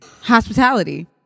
Hospitality